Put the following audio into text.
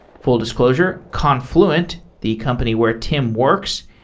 full disclosure confluent, the company where tim works,